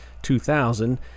2000